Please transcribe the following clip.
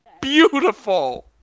beautiful